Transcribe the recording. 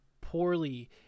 poorly